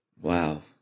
Wow